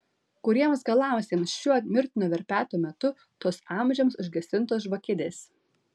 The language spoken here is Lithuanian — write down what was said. kuriems galams jam šiuo mirtino verpeto metu tos amžiams užgesintos žvakidės